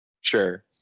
sure